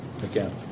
again